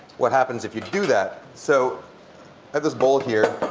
what happens if you do that. so i have this bowl here.